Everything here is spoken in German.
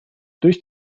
durch